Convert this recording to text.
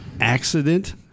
accident